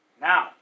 Now